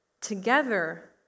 Together